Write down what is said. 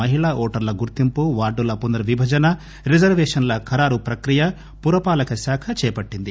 మహిళా ఓటర్ల గుర్తింపు వార్డుల పునర్ విభజన రిజర్వేషన్ల ఖరారు ప్రకియ పురపాలక శాఖ చేపట్టింది